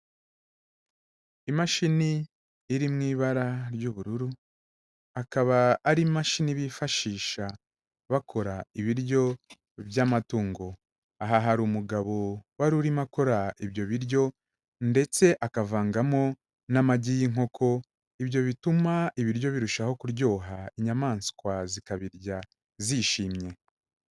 Imashini iri mu ibara ry'ubururu, akaba ari imashini bifashisha bakora ibiryo by'amatungo, aha hari umugabo wari urimo akora ibyo biryo, ndetse akavangamo n'amagi y'inkoko, ibyo bituma ibiryo birushaho kuryoha inyamaswa zikabirya zishimye.